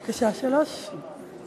בבקשה, שלוש דקות.